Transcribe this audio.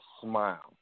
smile